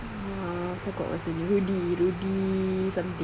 uh forgot what his name rudy rudy something